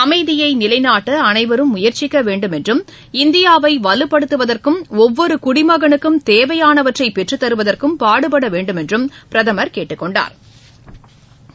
அமைதியை நிலைநாட்ட அனைவரும் முயற்சிக்க வேண்டுமென்றும் இந்தியாவை வலுப்படுத்துவதற்கும் ஒவ்வொரு குடிமகனுக்கும் தேவையானவற்றை பெற்றுத்தருவதற்கும் பாடுபட வேண்டுமென்றும் பிரதமர் கேட்டுக் கொண்டாா்